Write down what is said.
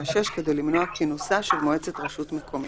6 כדי למנוע כינוסה של מועצת רשות מקומית.